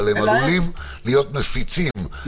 אבל הם עלולים להיות מפיצים,